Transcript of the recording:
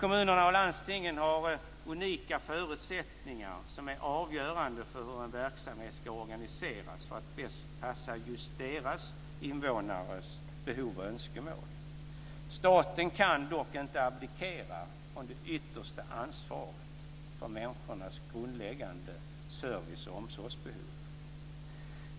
Kommunerna och landstingen har unika förutsättningar som är avgörande för hur en verksamhet ska organiseras för att bäst passa just deras invånares behov och önskemål. Staten kan dock inte abdikera från det yttersta ansvaret för människornas grundläggande service och omsorgsbehov.